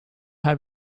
have